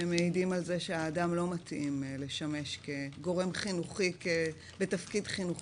שמעידים על זה שהאדם לא מתאים לשמש כגורם חינוכי בתפקיד חינוכי.